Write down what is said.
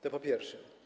To po pierwsze.